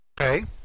Okay